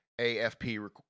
AFP